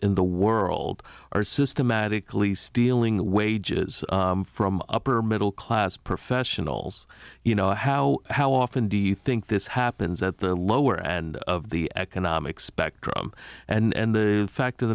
in the world are systematically stealing the wages from upper middle class professionals you know how how often do you think this happens at the lower and of the economic spectrum and the fact of